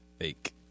Fake